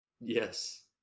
Yes